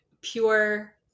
pure